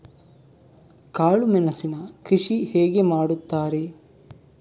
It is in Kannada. ಕಾಳು ಮೆಣಸಿನ ಕೃಷಿ ಹೇಗೆ ಮಾಡುತ್ತಾರೆ?